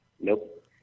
Nope